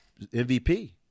MVP